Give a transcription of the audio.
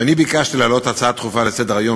ביקשתי להעלות הצעה דחופה לסדר-היום